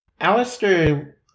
Alistair